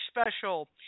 special